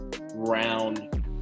round